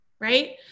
right